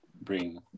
bring